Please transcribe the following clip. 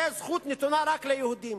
זאת זכות שנתונה רק ליהודים.